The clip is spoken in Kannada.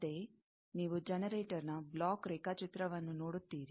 ಅಂತೆಯೇ ನೀವು ಜನರೇಟರ್ನ ಬ್ಲಾಕ್ ರೇಖಾಚಿತ್ರವನ್ನು ನೋಡುತ್ತೀರಿ